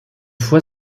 fois